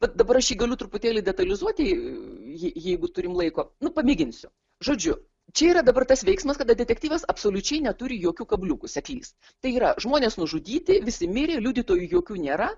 vat dabar aš jį galiu truputėlį detalizuoti jei jeigu turime laiko nu pamėginsiu žodžiu čia yra dabar tas veiksmas kada detektyvas absoliučiai neturi jokių kabliukų seklys tai yra žmonės nužudyti visi mirė liudytojų jokių nėra